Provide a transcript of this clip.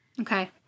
okay